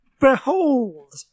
behold